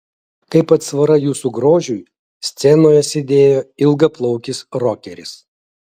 kaip atsvara jūsų grožiui scenoje sėdėjo ilgaplaukis rokeris